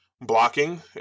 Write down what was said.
blocking